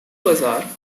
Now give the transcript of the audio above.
bazar